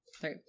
three